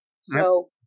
So-